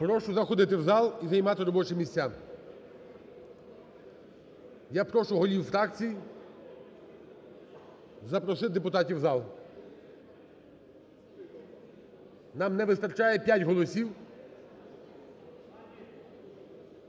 Прошу заходити в зал і займати робочі місця. Я прошу голів фракцій запросити депутатів в зал. Нам не вистачає п'ять голосів.